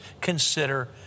consider